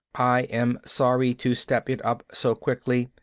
i'm sorry to step it up so quickly,